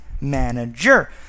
Manager